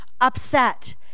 upset